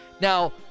now